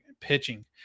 pitching